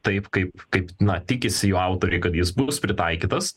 taip kaip kaip na tikisi jų autoriai kad jis bus pritaikytas